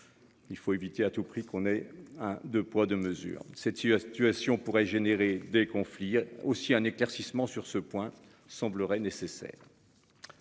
Il faut éviter à tout prix qu'on ait un 2 poids 2 mesures c'est dessus situation pourrait générer des conflits aussi un éclaircissement sur ce point semblerait nécessaire.